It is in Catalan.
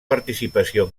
participació